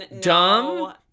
Dumb